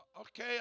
Okay